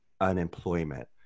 unemployment